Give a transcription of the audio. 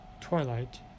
Twilight